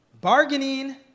bargaining